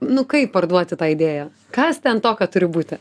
nu kaip parduoti tą idėją kas ten tokio turi būti